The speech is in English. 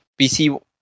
pc